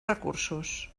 recursos